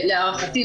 להערכתי,